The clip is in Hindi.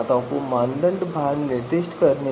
आइए अब हम इन गणनाओं के पीछे के गणित को समझते हैं